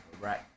right